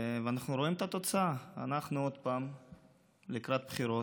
ואנחנו רואים את התוצאה: אנחנו עוד פעם לקראת בחירות,